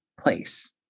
place